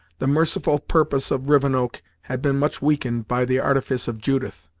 the merciful purpose of rivenoak had been much weakened by the artifice of judith,